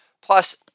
Plus